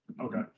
okay